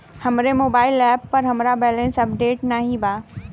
हमरे mobile app पर हमार बैलैंस अपडेट नाई बा